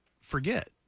forget